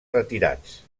retirats